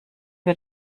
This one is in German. wir